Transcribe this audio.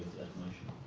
that motion?